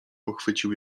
pochwycił